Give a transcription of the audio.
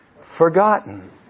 forgotten